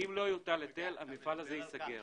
המפעל הזה ייסגר.